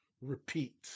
repeat